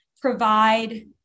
provide